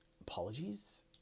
apologies